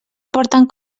porten